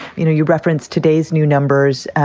you know, you referenced today's new numbers.